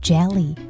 Jelly